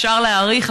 אפשר להאריך,